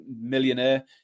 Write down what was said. millionaire